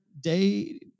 day